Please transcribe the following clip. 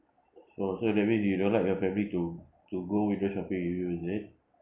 oh so that means you don't like your family to to go window shopping with you is it